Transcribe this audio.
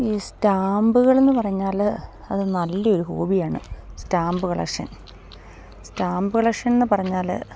ഈ സ്റ്റാമ്പുകളെന്നു പറഞ്ഞാൽ അത് നല്ലൊരു ഹോബിയാണ് സ്റ്റാമ്പ് കളക്ഷൻ സ്റ്റാമ്പ് കളക്ഷനെന്നു പറഞ്ഞാൽ